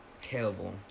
terrible